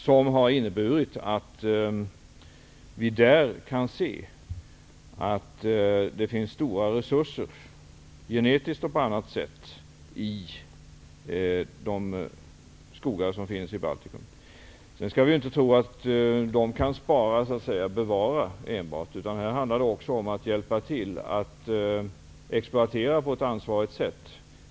Det har inneburit att det finns stora resurser, genetiskt och på annat sätt i skogarna i Vi skall inte tro att det enbart är fråga om att bevara skogarna. Det handlar också om att hjälpa till att exploatera skogarna på ett ansvarigt sätt.